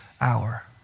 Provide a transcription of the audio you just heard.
hour